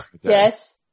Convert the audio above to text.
yes